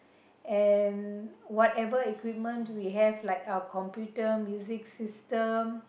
and whatever equipment we have like our computer music system